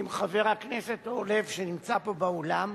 עם חבר הכנסת אורלב, שנמצא פה באולם,